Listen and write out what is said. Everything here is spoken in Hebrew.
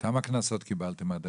כמה קנסות קיבלתם עד היום?